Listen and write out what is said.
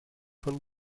von